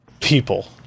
people